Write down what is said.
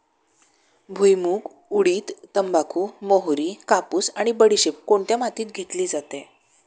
भुईमूग, उडीद, तंबाखू, मोहरी, कापूस आणि बडीशेप कोणत्या मातीत घेतली जाते?